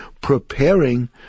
preparing